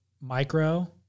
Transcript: Micro